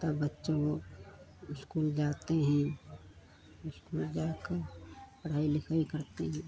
तब बच्चों इस्कूल जाते हैं इस्कूल जाकर पढ़ाई लिखाई करते हैं